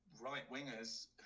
right-wingers